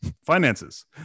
Finances